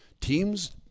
Teams